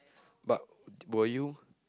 but were you